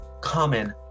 common